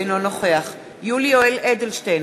אינו נוכח יולי יואל אדלשטיין,